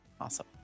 Awesome